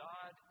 God